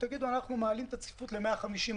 ותגידו: אנחנו מעלים את הצפיפות ל-150%.